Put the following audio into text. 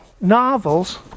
novels